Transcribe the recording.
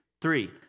three